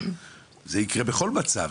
זה יקרה בכל מצב,